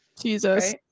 jesus